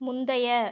முந்தைய